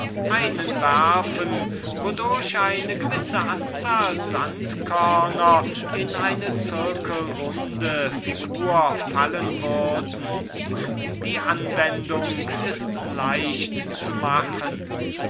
einen werfen wodurch eine gewisse anzahl sandkörner in eine zirkelrunde figur fallen würde die anwendung ist leicht zu machen